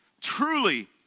truly